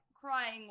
Crying